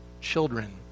children